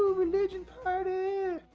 religion party